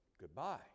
goodbye